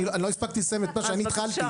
אני לא הספקתי לסיים את מה שאני התחלתי.